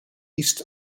east